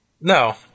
No